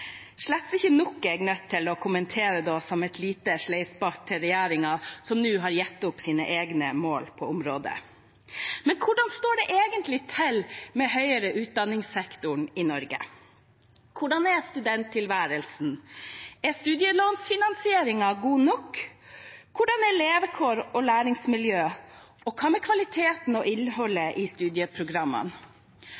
ikke nok, er jeg nødt til å kommentere da, som et lite sleivspark til regjeringen, som nå har gitt opp sine egne mål på området. Men hvordan står det egentlig til med høyere utdanningssektoren i Norge? Hvordan er studenttilværelsen? Er studielånfinansieringen god nok? Hvordan er levekår og læringsmiljø? Og hva med kvaliteten og innholdet